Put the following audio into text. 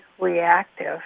reactive